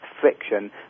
friction